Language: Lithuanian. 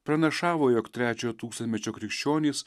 pranašavo jog trečiojo tūkstantmečio krikščionys